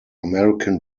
american